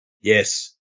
Yes